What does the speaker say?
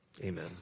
Amen